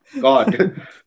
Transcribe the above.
God